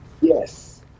Yes